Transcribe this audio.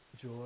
joy